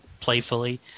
playfully